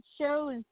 shows